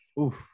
Oof